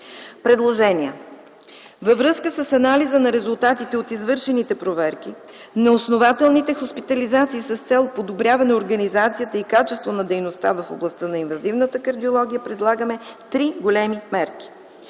Предложения. Във връзка с анализа на резултатите от извършените проверки, неоснователните хоспитализации с цел подобряване организацията и качеството на дейността в областта на инвазивната кардиология предлагаме три големи мерки: